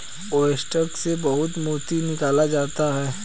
oyster से बहुत मोती निकाला जाता है